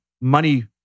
money